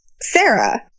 Sarah